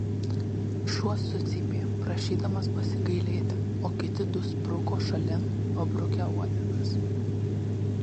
šuo sucypė prašydamas pasigailėti o kiti du spruko šalin pabrukę uodegas